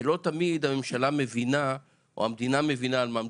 שלא תמיד הממשלה מבינה או המדינה מבינה על מה מדובר.